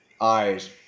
eyes